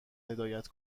هدایت